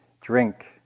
Drink